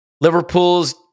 Liverpool's